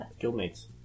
Guildmates